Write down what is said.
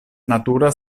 natura